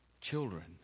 children